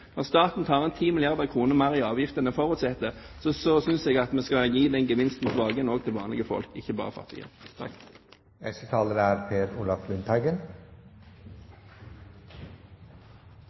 Når staten tar inn 10 milliarder kr mer i avgifter enn det man forutsatte, synes jeg vi skal gi den gevinsten tilbake også til vanlige folk, ikke bare til de fattige. Fremskrittspartiet sier at strømsektoren er